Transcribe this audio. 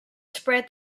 spread